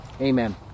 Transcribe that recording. amen